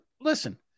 listen